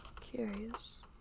Curious